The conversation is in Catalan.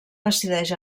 decideix